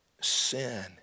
sin